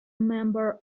member